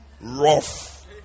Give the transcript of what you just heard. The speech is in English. rough